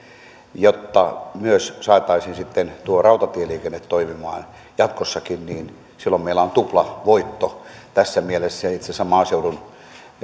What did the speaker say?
että myös saataisiin sitten tuo rautatieliikenne toimimaan jatkossakin silloin meillä on tuplavoitto tässä mielessä ja itse asiassa maaseudun